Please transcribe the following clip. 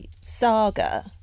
saga